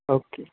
okay